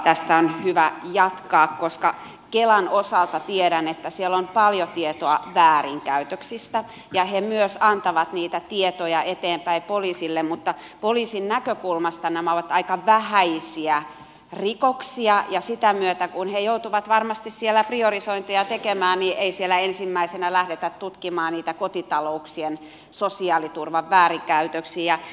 tästä on hyvä jatkaa koska kelan osalta tiedän että siellä on paljon tietoa väärinkäytöksistä ja he myös antavat niitä tietoja eteenpäin poliisille mutta poliisin näkökulmasta nämä ovat aika vähäisiä rikoksia ja sitä myötä kun he joutuvat varmasti siellä priorisointeja tekemään ei siellä ensimmäisenä lähdetä tutkimaan niitä kotitalouksien sosiaaliturvan väärinkäytöksiä